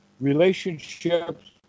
relationships